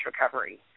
recovery